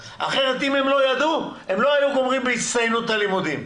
אחרת אם הם לא ידעו הם לא היו גומרים בהצטיינות את הלימודים,